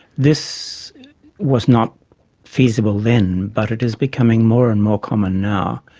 this was not feasible then, but it is becoming more and more common now.